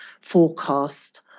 forecast